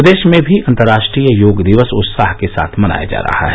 प्रदेश में भी अन्तर्राष्ट्रीय योग दिवस उत्साह के साथ मनाया जा रहा है